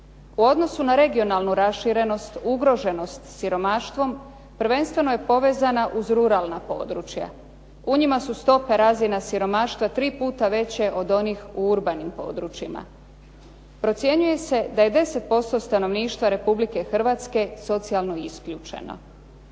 U odnosu na regionalnu raširenost, ugroženost siromaštvom, prvenstveno je povezana uz ruralna područja. U njima su stope razina siromaštva tri puta veće od onih u urbanim područjima. Procjenjuje se da je 10% stanovništva Republike Hrvatske socijalno isključeno.